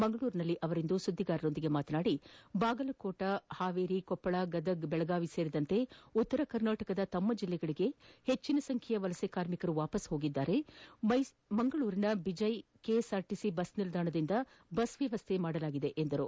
ಮಂಗಳೂರಿನಲ್ಲಿಂದು ಸುದ್ದಿಗಾರರೊಂದಿಗೆ ಮಾತನಾಡಿದ ಅವರು ಬಾಗಲಕೋಟೆ ಹಾವೇರಿ ಕೊಪ್ಪಳ ಗದಗ ಬೆಳಗಾವಿ ಸೇರಿದಂತೆ ಉತ್ತರ ಕರ್ನಾಟಕದ ತಮ್ಮ ಜಿಲ್ಲೆಗಳಿಗೆ ಹೆಚ್ಚಿನ ಸಂಖ್ಯೆಯ ವಲಸೆ ಕಾರ್ಮಿಕರು ವಾಪಸ್ ತೆರಳಿದ್ದಾರೆ ಮಂಗಳೂರಿನ ಬಿಜೈ ಕೆಎಸ್ಆರ್ಟಿಸಿ ಬಸ್ ನಿಲ್ದಾಣದಿಂದ ಬಸ್ ವ್ಯವಸ್ಥೆ ಮಾಡಲಾಗಿದೆ ಎಂದರು